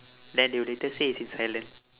then they will later say it's in silent